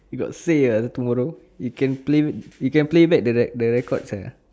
you got say ah tomorrow you can play you can play back the the records uh